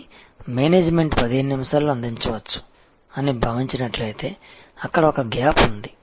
కానీ మేనేజ్మెంట్ 15 నిమిషాల్లో అందించవచ్చు అని భావించినట్లయితే అక్కడ ఒక గ్యాప్ ఉంది